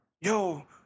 Yo